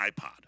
iPod